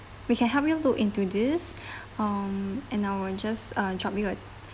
we can help you look into this um and I'll just uh drop you a